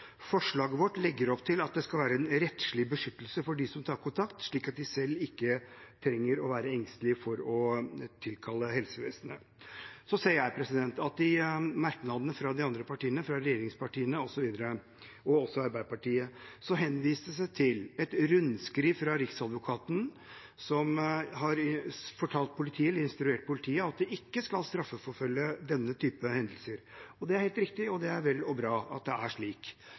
at det skal være en rettslig beskyttelse for dem som tar kontakt, slik at de selv ikke trenger å være engstelige for å tilkalle helsevesenet. Så ser jeg at det i merknadene fra de andre partiene, fra regjeringspartiene osv., og også Arbeiderpartiet, henvises til et rundskriv fra Riksadvokaten, som har instruert politiet om ikke å straffeforfølge denne type hendelser. Det er helt riktig, og det er vel og bra at det er slik.